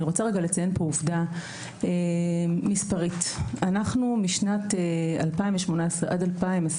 אני רוצה לציין פה עובדה מספרית: משנת 2018 עד 2021,